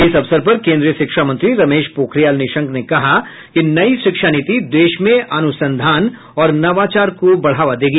इस अवसर पर केन्द्रीय शिक्षा मंत्री रमेश पोखरियाल निशंक ने कहा कि नई शिक्षा नीति देश में अनुसंधान और नवाचार को बढ़ावा देगी